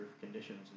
conditions